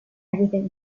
everything